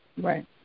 Right